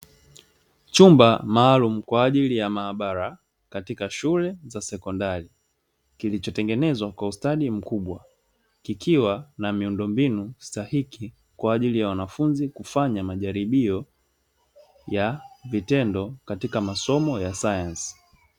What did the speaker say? Chumba maalumu kwa ajili ya maabara katika shule za sekondari kilichotengenezwa kwa ustadi mkubwa kikiwa na miundombinu stahiki kwa ajili ya wanafunzi kufanya majaribio ya vitendo katika masomo ya sayansi.